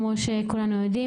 כמו שכולנו יודעים,